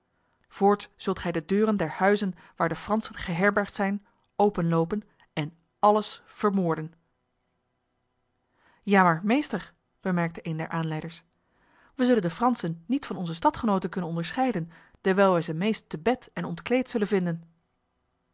voorts zult gij de deuren der huizen waar de fransen geherbergd zijn openlopen en alles vermoorden ja maar meester bemerkte een der aanleiders wij zullen de fransen niet van onze stadgenoten kunnen onderscheiden dewijl wij ze meest te bed en ontkleed zullen vinden